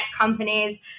companies